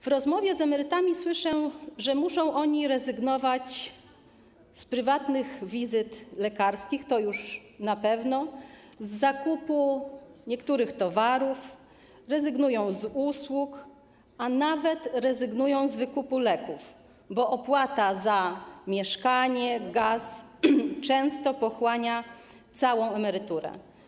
W rozmowie z emerytami słyszę, że muszą oni rezygnować z prywatnych wizyt lekarskich - to już na pewno - z zakupu niektórych towarów, rezygnują z usług, a nawet rezygnują z wykupu leków, bo opłata za mieszkanie, gaz często pochłania całą emeryturę.